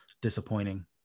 disappointing